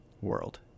world